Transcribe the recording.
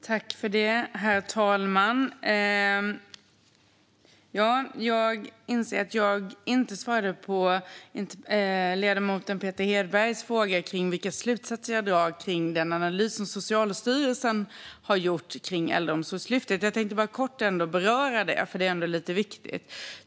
Herr talman! Jag inser att jag inte svarade på ledamoten Peter Hedbergs frågor om vilka slutsatser jag drar av den analys som Socialstyrelsen har gjort av Äldreomsorgslyftet. Jag tänkte bara kort beröra det, för det är ändå lite viktigt.